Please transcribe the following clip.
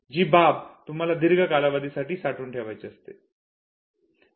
जी बाब तुम्हाला दीर्घ कालावधीसाठी साठवून ठेवायची असते